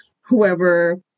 whoever